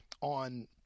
on